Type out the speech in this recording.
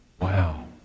Wow